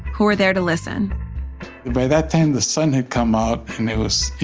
who were there to listen and by that time, the sun had come out. and it was,